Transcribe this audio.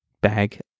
bag